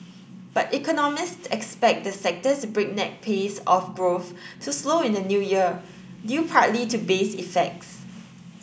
but economists expect the sector's breakneck pace of growth to slow in the new year due partly to base effects